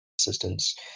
assistance